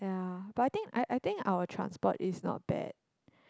ya but I think I I think our transport is not bad